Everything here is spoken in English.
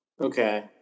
Okay